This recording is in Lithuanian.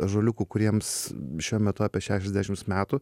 ąžuoliukų kuriems šiuo metu apie šešiasdešims metų